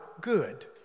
good